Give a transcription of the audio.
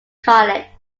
college